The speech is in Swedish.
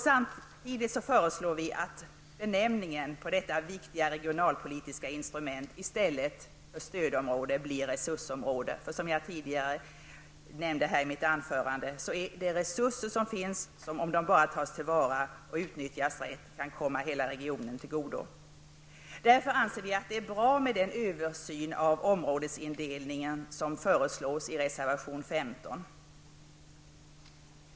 Samtidigt föreslår vi att benämningen på detta viktiga regionalpolitiska instrument i stället för stödområde blir resursområde. Det finns resurser och om de bara tas till vara och utnyttjas rätt kan de komma hela regionen till godo. Därför anser vi att det är bra med den översyn av områdesindelning som föreslås i reservation 15.